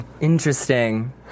Interesting